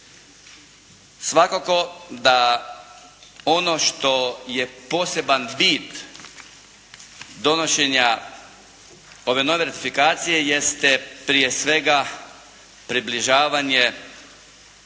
Svakako da ono što je poseban bit donošenja ove nove ratifikacije jeste prije svega približavanje